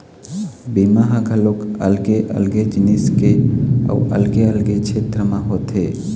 बीमा ह घलोक अलगे अलगे जिनिस के अउ अलगे अलगे छेत्र म होथे